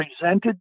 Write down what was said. presented